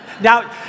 Now